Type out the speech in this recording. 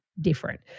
different